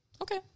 Okay